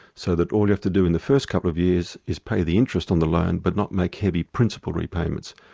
so that all you have to do in the first couple of years is pay the interest on the loan but not make heavy principal repayments,